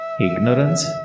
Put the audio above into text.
Ignorance